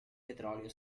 petrolio